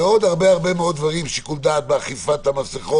ועוד הרבה הרבה מאוד דברים שיקול דעת באכיפת המסכות,